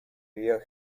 vivió